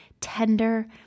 tender